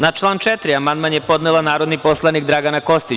Na član 4. amandman je podnela narodni poslanik Dragana Kostić.